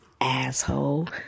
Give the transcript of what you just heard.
asshole